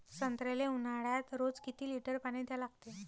संत्र्याले ऊन्हाळ्यात रोज किती लीटर पानी द्या लागते?